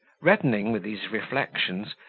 reddening with these reflections,